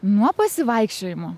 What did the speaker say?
nuo pasivaikščiojimo